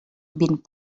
vint